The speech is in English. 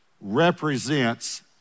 represents